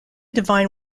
divine